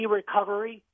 recovery